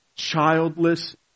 childless